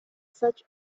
such